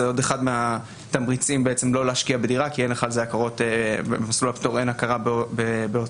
וזה אחד התמריצים לא להשקיע בדירה כי אין במסלול הפטור הכרה בהוצאה.